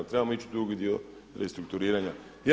Trebamo ići u drugi dio restrukturiranja.